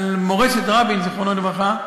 מורשת רבין, זיכרונו לברכה,